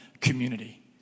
community